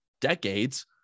decades